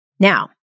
Now